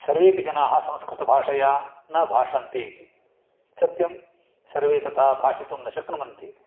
सर्वेऽपि जनाः संस्कृतभाषया न भाषन्ते इति सत्यं सर्वे तथा भाषितुं न शक्नुवन्ति